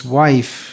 wife